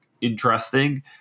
interesting